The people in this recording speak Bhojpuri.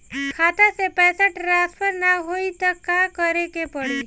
खाता से पैसा टॉसफर ना होई त का करे के पड़ी?